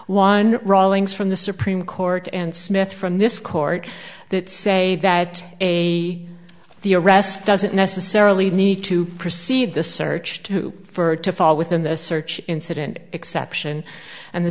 one rawlings from the supreme court and smith from this court that say that a the arrest doesn't necessarily need to precede the search two for to fall within this search incident exception and the